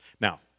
Now